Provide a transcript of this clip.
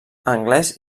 anglès